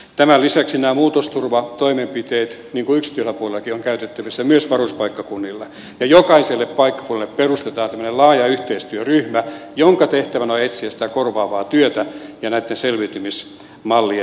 tämän lisäksi nämä muutosturvatoimenpiteet niin kuin yksityisellä puolellakin ovat käytettävissä myös varuskuntapaikkakunnilla ja jokaiselle paikkakunnalle perustetaan tämmöinen laaja yhteistyöryhmä jonka tehtävänä on etsiä sitä korvaavaa työtä ja näitten selviytymismallien rakentamista